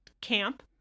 Camp